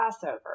Passover